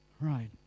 Right